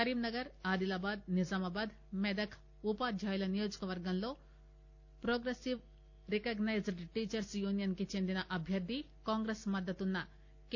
కరీంనగర్ ఆదిలాబాద్ నిజామాబాద్ మెదక్ ఉపాధ్యాయుల నియోజకవర్గంలో progressive recognized teachers union కి చెందిన అభ్వర్ది కాంగ్రెస్ మద్దతున్న కె